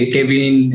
Kevin